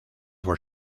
were